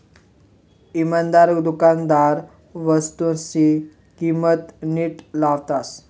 इमानदार दुकानदार वस्तूसनी किंमत नीट लावतस